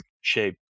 shape